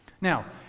Now